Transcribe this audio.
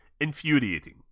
Infuriating